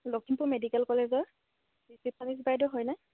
Lakhimpur medical কলেজৰ receptionist বাইদেউ হয়নে